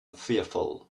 fearful